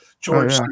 George